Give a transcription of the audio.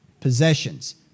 possessions